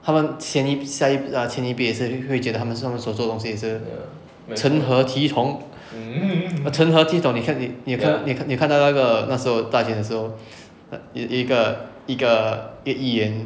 他们前一下一 err 前一边也是 err 会觉得他们所做的东西也是成何体统 err 统成何体统你看你看你看到那个那时候大选的时候有一个一个议议员